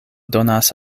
donas